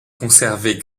conserver